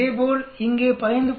இதேபோல் இங்கே 15